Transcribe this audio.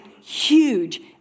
huge